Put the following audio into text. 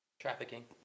Trafficking